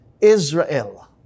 Israel